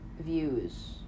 views